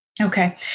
Okay